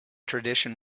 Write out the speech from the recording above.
tradition